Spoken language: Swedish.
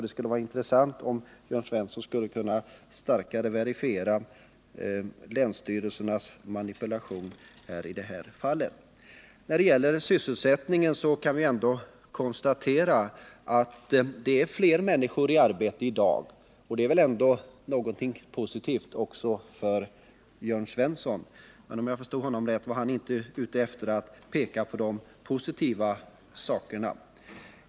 Det vore intressant om Jörn Svensson skulle kunna verifiera länsstyrelsernas manipulationer i det här fallet. Vi kan ändå konstatera att fler människor är i arbete i dag, och det är väl någonting positivt också för Jörn Svensson. Men förstod jag honom rätt var han inte ute efter att peka på de positiva sakerna.